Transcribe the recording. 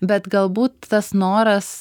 bet galbūt tas noras